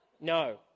No